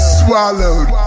swallowed